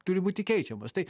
turi būti keičiamas tai